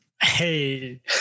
Hey